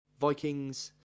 Vikings